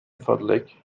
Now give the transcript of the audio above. فضلك